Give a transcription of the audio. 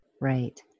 Right